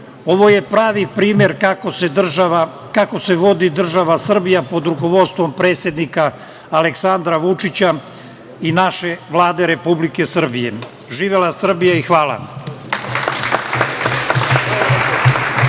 je pravi primer kako se vodi država Srbija pod rukovodstvom predsednika Aleksandra Vučića i naše Vlade Republike Srbije. Živela Srbija i hvala.